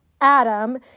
Adam